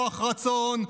כוח רצון,